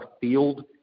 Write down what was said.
field